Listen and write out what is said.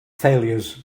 failures